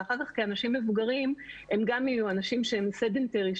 ואחר כך כאנשים מבוגרים הם גם יהיו אנשים שהם נייחים